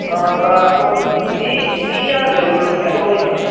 हां तां तुस बीह् बीह् ज्हार देई ओड़ेओ ठीक ऐ दो दिनें दा